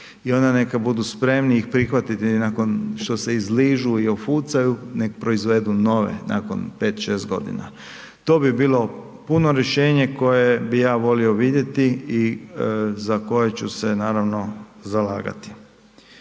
i onda neka budu spremni ih prihvatiti nakon što se izližu i ofucaju, nek proizvedu nove nakon 5, 6 godina. To bi bilo puno rješenje koje bi ja volio vidjeti i za koje ću se naravno zalagati.